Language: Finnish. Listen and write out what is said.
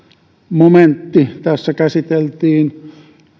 momentti käsiteltiin